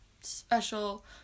special